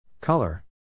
Color